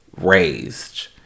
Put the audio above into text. raised